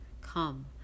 Come